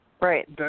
Right